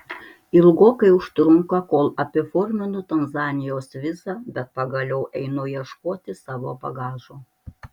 ilgokai užtrunka kol apiforminu tanzanijos vizą bet pagaliau einu ieškoti savo bagažo